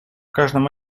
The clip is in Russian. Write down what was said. каждом